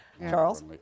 Charles